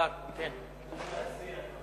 אפשר להתייחס?